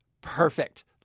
Perfect